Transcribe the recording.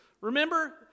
Remember